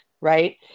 right